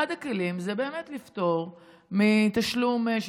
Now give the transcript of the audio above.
אחד הכלים זה באמת לפטור מתשלום של